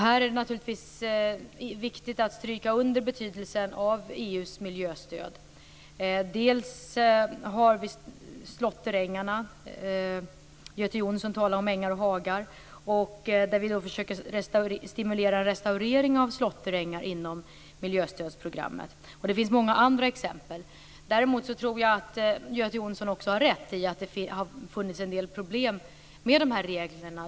Här är det naturligtvis viktigt att stryka under betydelsen av EU:s miljöstöd. Göte Jonsson talade om ängar och hagar. Vi försöker stimulera en restaurering av slåtterängar inom miljöstödsprogrammet. Det finns också många andra exempel. Men jag tror också att Göte Jonsson har rätt i att det har funnits en del problem med de här reglerna.